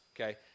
okay